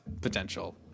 potential